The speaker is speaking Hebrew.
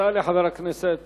תודה לחבר הכנסת